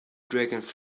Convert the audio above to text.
dragonfly